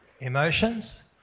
emotions